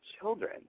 children